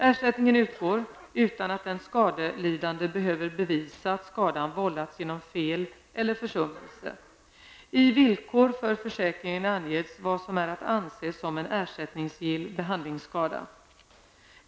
Ersättning utgår utan att den skadelidande behöver bevisa att skadan vållats genom fel eller försummelse. I villkor för försäkringen anges vad som är att anse som en ersättningsgill behandlingsskada.